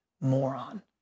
moron